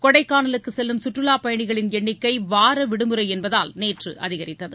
கொடைக்கானலுக்கு செல்லும் சுற்றுலாப் பயணிகளின் எண்ணிக்கை வார விடுமுறை என்பதால் நேற்று அதிகரித்தது